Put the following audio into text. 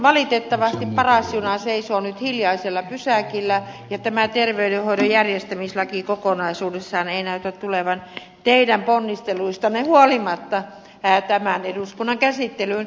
valitettavasti paras juna seisoo nyt hiljaisella pysäkillä ja tämä terveydenhoidon järjestämislaki kokonaisuudessaan ei näytä tulevan teidän ponnisteluistanne huolimatta tämän eduskunnan käsittelyyn